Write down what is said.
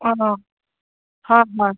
অঁ হয় হয়